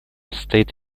состоит